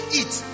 eat